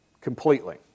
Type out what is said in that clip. completely